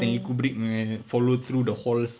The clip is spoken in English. stanley kubrick punya follow through the halls